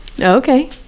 okay